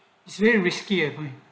it's very risky ugly